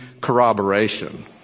corroboration